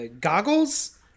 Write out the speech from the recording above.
goggles